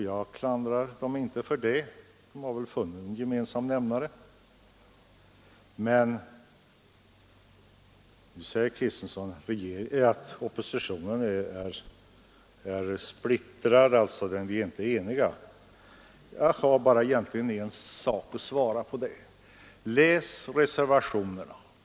Jag klandrar dem inte för det; de har väl funnit en gemensam nämnare, Nu säger herr Kristenson att oppositionen inte är enig. På det vill jag svara: Läs reservationerna!